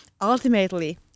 ultimately